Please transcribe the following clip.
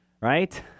right